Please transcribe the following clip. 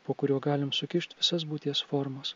po kuriuo galim sukišt visas būties formas